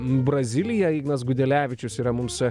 braziliją ignas gudelevičius yra mums